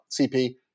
CP